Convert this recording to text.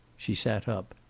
she sat up.